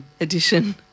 edition